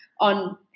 on